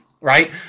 Right